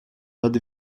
под